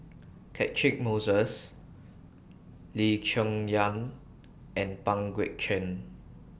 Catchick Moses Lee Cheng Yan and Pang Guek Cheng